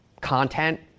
content